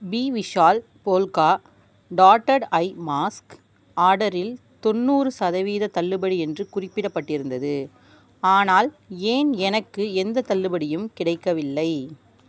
B Vishal polka dotted eye mask ஆர்டரில் தொண்ணூறு சதவீத தள்ளுபடி என்று குறிப்பிடபட்டிருந்தது ஆனால் ஏன் எனக்கு எந்தத் தள்ளுபடியும் கிடைக்கவில்லை